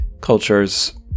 cultures